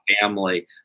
family